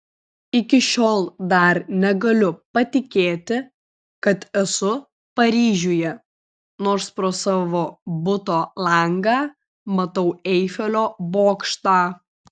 iki šiol dar negaliu patikėti kad esu paryžiuje nors pro savo buto langą matau eifelio bokštą